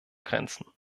grenzen